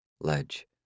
ledge